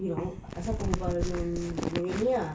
you know asal kau berbual dengan dia ni ah